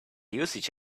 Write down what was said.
usage